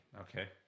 Okay